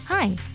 Hi